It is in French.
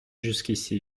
jusqu’ici